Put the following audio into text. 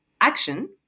action